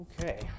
Okay